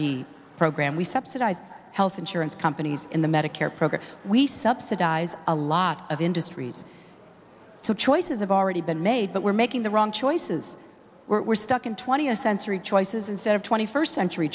d program we subsidize health insurance companies in the medicare program we subsidize a lot of industries to choices of already been made but we're making the wrong choices we're stuck in twentieth century choices instead of twenty first century